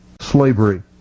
slavery